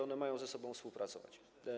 One mają ze sobą współpracować.